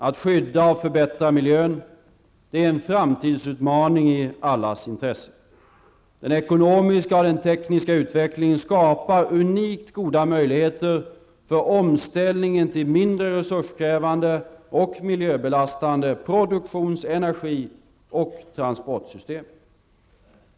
Att skydda och förbättra miljön är en framtidsutmaning i allas intresse. Den ekonomiska och den tekniska utvecklingen skapar unikt goda möjligheter för omställningen till mindre resurskrävande och miljöbelastande produktions-, energi och transportsystem.